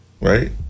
Right